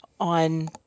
On